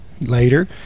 later